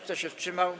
Kto się wstrzymał?